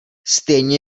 stejně